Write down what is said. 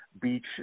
Beach